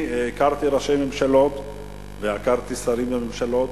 הכרתי ראשי ממשלות והכרתי שרים בממשלות.